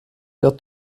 der